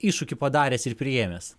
iššūkį padaręs ir priėmęs